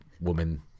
woman